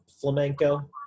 flamenco